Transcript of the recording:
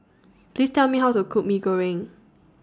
Please Tell Me How to Cook Mee Goreng